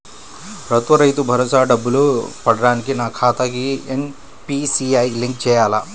ప్రభుత్వ రైతు భరోసా డబ్బులు పడటానికి నా ఖాతాకి ఎన్.పీ.సి.ఐ లింక్ చేయాలా?